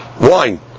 wine